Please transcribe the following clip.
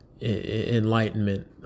enlightenment